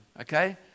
okay